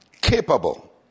capable